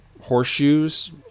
horseshoes